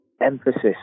emphasis